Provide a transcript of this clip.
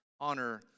Honor